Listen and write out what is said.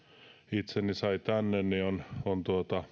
itseni sai tänne on on